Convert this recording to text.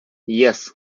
yes